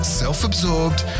self-absorbed